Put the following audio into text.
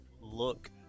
look